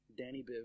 DannyBiv